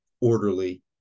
orderly